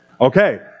Okay